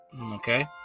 Okay